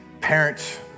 parents